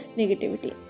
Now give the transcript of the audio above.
negativity